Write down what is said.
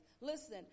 listen